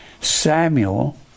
Samuel